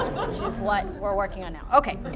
which is what we're working on now. ok,